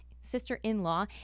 sister-in-law